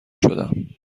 شدم